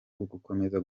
ugukomeza